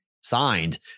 signed